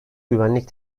güvenlik